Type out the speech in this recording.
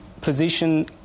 position